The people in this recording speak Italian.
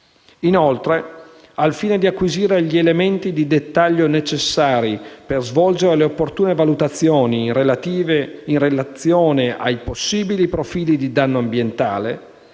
Inoltre, al fine di acquisire gli elementi di dettaglio necessari per svolgere le opportune valutazioni in relazione ai possibili profili di danno ambientale,